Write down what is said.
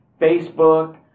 Facebook